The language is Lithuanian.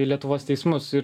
į lietuvos teismus ir